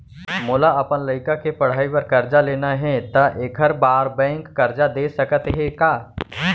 मोला अपन लइका के पढ़ई बर करजा लेना हे, त एखर बार बैंक करजा दे सकत हे का?